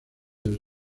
del